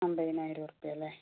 അമ്പതിനായിരം ഉറുപ്പിക അല്ലെ